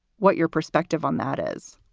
what your perspective on that is